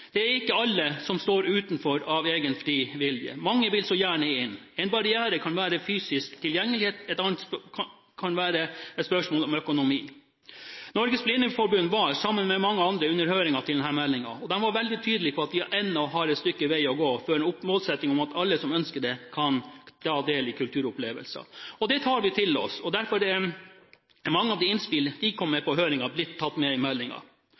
Det er ikke alle som står utenfor av egen fri vilje. Mange vil så gjerne inn. En barriere kan være fysisk tilgjengelighet, en annen kan være et spørsmål om økonomi. Norges Blindeforbund var sammen med mange andre til stede under høringen til denne meldingen. De var veldig tydelige på at vi ennå har et stykke vei å gå før vi oppnår målsettingen om at alle som ønsker det, kan få ta del i kulturopplevelser. Det tar vi til oss, og derfor er mange av de innspill de kom med på høringen, blitt tatt med i